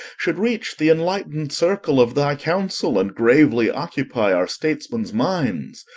should reach the enlightened circle of thy council, and gravely occupy our statesmen's minds.